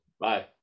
Bye